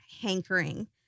hankering